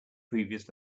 previous